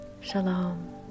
Shalom